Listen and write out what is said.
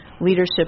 leadership